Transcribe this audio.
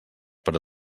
per